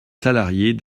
salariés